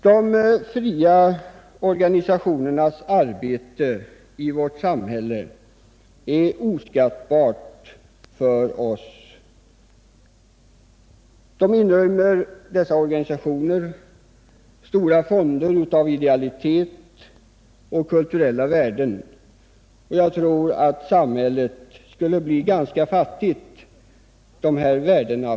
De fria organisationernas arbete i vårt samhälle är oskattbart för oss. Dessa organisationer inrymmer stora fonder av idealitet och kulturella värden, och jag tror att samhället skulle bli ganska fattigt utan dessa värden.